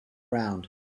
round